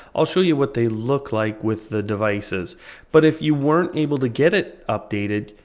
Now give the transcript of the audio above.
i'll show you what they look like with the devices but if you weren't able to get it updated,